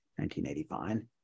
1985